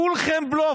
כולכם בלוף.